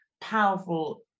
powerful